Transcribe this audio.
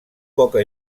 poca